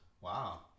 wow